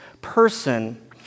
person